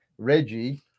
Reggie